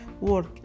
work